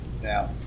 now